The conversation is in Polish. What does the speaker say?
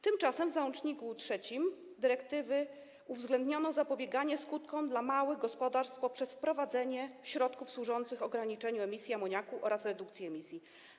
Tymczasem w załączniku III dyrektywy uwzględniono zapobieganie skutkom dla małych gospodarstw poprzez wprowadzenie środków służących ograniczeniu emisji amoniaku oraz redukcji emisji.